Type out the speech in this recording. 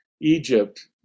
Egypt